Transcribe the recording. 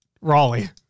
Raleigh